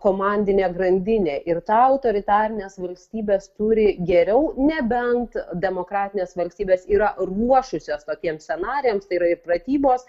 komandinė grandinė ir tą autoritarinės valstybės turi geriau nebent demokratinės valstybės yra ruošusios tokiems scenarijams tai yra pratybos